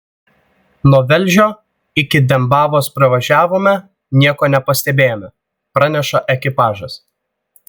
nuo velžio iki dembavos pravažiavome nieko nepastebėjome praneša ekipažas